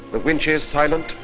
the winches silent,